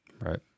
Right